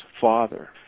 father